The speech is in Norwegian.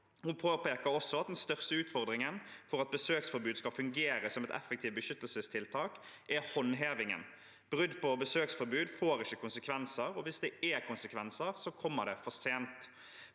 Hun påpeker også at den største utfordringen for at besøksforbud skal fungere som et effektivt beskyttelsestiltak, er håndhevingen. Brudd på besøksforbud får ikke konsekvenser, og hvis det er konsekvenser, kommer det for sent.